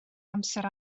amser